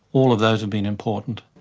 all of those have been important.